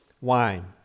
wine